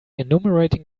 enumerating